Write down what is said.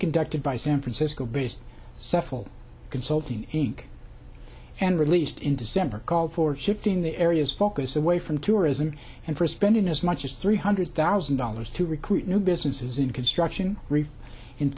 conducted by san francisco based sefl consulting inc and released in december called for shifting the area's focus away from tourism and for spending as much as three hundred thousand dollars to recruit new businesses in construction